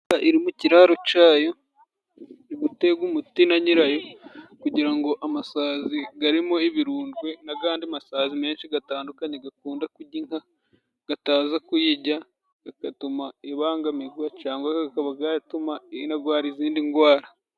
Iri mu kiraro cayo. Iri gutegwa umuti na nyirayo kugira ngo amasazi garimo ibirundwe n'agandi masazi menshi gatandukanye gakunda kujya inka gataza kuyijya bigatuma ibangamigwa cyangwa kagaba gatuma inagwara izindi ngwara.